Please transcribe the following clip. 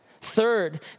Third